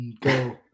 go